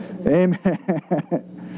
Amen